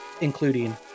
including